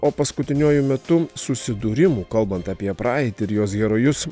o paskutiniuoju metu susidūrimų kalbant apie praeitį ir jos herojus